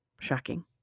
Shocking